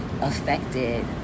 affected